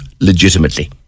legitimately